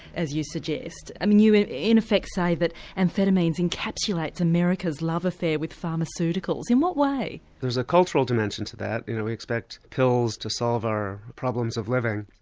as you suggest. i mean you in in effect say that amphetamines encapsulates america's love affair with pharmaceuticals in what way? there's a cultural dimension to that, you know, we expect pills to solve our problems of living.